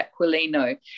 Aquilino